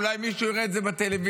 אולי מישהו יראה את זה בטלוויזיה.